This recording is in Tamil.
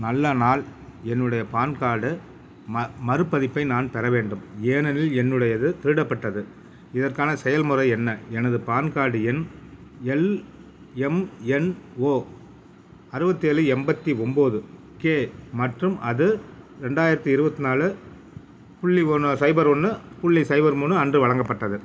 நல்ல நாள் என்னுடைய பான் கார்டு ம மறுபதிப்பை நான் பெற வேண்டும் ஏனெனில் என்னுடையது திருடப்பட்டது இதற்கான செயல்முறை என்ன எனது பான் கார்டு எண் எல்எம்என்ஓ அறுபத்தேலு எண்பத்தி ஒன்போது கே மற்றும் அது ரெண்டாயிரத்தி இருபத்தி நாலு புள்ளி ஒன் சைபர் ஒன்று புள்ளி சைபர் மூணு அன்று வழங்கப்பட்டது